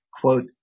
quote